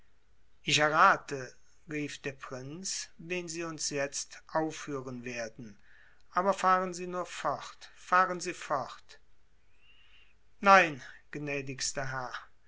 ich errate rief der prinz wen sie uns jetzt aufführen werden aber fahren sie nur fort fahren sie fort nein gnädigster herr